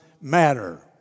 matter